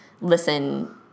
listen